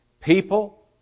people